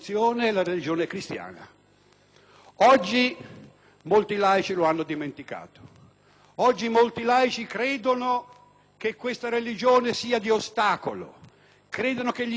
oggi molti laici credono che questa religione sia di ostacolo, credono che l'interprete di questa religione, cioè la Chiesa cattolica, sia di impedimento o interferisca,